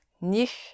nicht